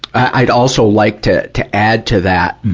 i'd also like to, to add to that,